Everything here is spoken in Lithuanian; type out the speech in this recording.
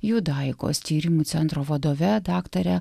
judaikos tyrimų centro vadove daktare